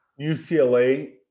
UCLA